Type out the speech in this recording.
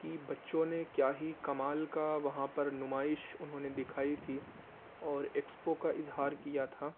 كہ بچّوں نے كیا ہی كمال كا وہاں پر نمائش انہوں نے دکھائی تھی اور ایکسپو کا اظہار کیا تھا